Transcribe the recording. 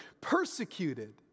persecuted